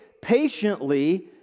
patiently